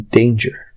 danger